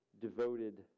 devoted